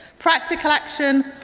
practical action,